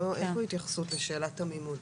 אין פה התייחסות לשאלת המימון.